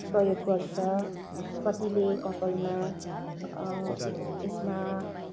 प्रयोग गर्छ कतिले कपालमा यसमा